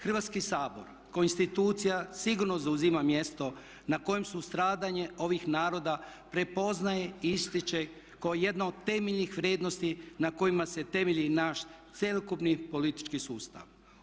Hrvatski sabor kao institucija sigurno zauzima mjesto na kojem se stradanje ovih naroda prepoznaje i ističe kao jedna od temeljnih vrijednosti na kojima se temelji naš cjelokupni politički sustav.